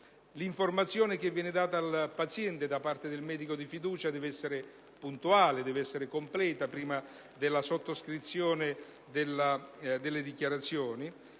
L'informazione che viene data al paziente dal medico di fiducia deve essere puntuale e completa prima della sottoscrizione delle dichiarazioni.